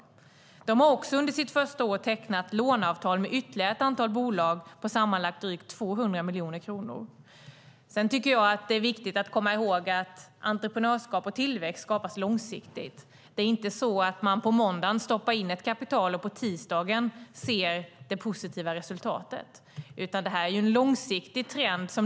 Inlandsinnovation har också under sitt första år tecknat låneavtal med ytterligare ett antal bolag på sammanlagt drygt 200 miljoner kronor. Det är viktigt att komma ihåg att entreprenörskap och tillväxt skapas långsiktigt. Det är inte så att man på måndagen stoppar in ett kapital och på tisdagen ser det positiva resultatet, utan detta är en långsiktig trend.